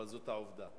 אבל זאת העובדה.